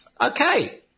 okay